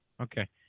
Okay